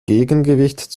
gegengewicht